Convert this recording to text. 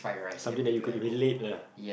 something that you could relate lah